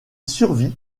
survit